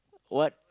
what